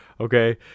okay